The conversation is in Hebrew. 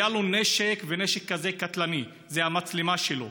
היה לו נשק, והנשק הזה קטלני, זה המצלמה שלו.